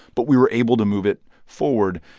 but we were able to move it forward.